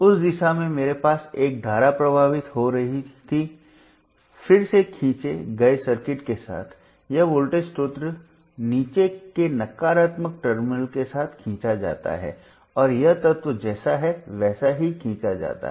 उस दिशा में मेरे पास एक धारा प्रवाहित हो रही थी फिर से खींचे गए सर्किट के साथ यह वोल्टेज स्रोत नीचे के नकारात्मक टर्मिनल के साथ खींचा जाता है और यह तत्व जैसा है वैसा ही खींचा जाता है